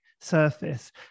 surface